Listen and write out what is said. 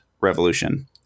revolution